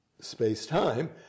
space-time